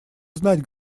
знать